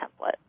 template